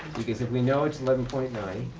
because if we know it's eleven point nine